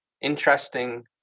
interesting